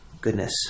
Goodness